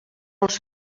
els